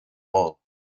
ball